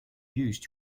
used